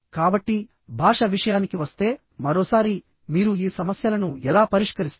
కాబట్టి భాష విషయానికి వస్తే మరోసారి మీరు ఈ సమస్యలను ఎలా పరిష్కరిస్తారు